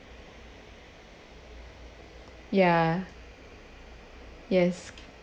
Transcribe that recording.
ya yes